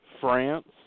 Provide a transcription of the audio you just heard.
France